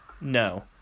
No